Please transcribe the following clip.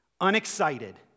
unexcited